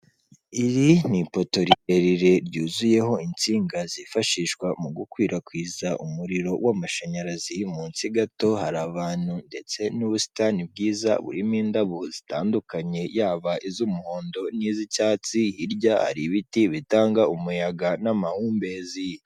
Iri ni ipoto rirerire ryuzuyeho insinga zifashishwa mu gukwirakwiza umuriro w'amashanyarazi, munsi gato hari abantu ndetse n'ubusitani bwiza burimo indabo zitandukanye yaba iz'umuhondo n'iz'icyatsi, hirya hari ibiti bitanga umuyaga n'amahumbezi.